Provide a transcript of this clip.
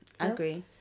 Agree